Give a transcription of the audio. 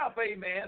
amen